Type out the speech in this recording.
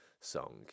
song